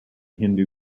hindu